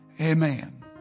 amen